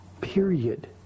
period